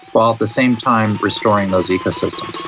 while at the same time restoring those ecosystems.